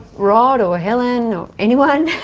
rod, or helen, or anyone.